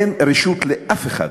אין רשות לאף אחד